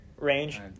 range